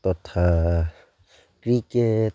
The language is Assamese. তথা ক্ৰিকেট